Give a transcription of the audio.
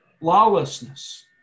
lawlessness